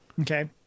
Okay